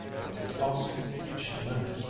what did austin think she meant?